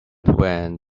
when